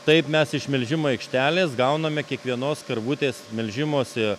taip mes iš melžimo aikštelės gauname kiekvienos karvutės melžimosi